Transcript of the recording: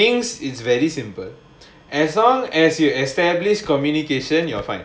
no you see in wings is very simple as long as you establish communication you are fine